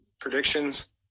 predictions